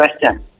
question